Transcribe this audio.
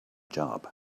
job